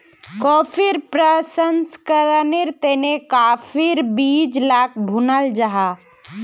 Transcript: कॉफ़ीर प्रशंकरनेर तने काफिर बीज लाक भुनाल जाहा